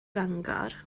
fangor